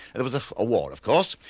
there was a ah war of course,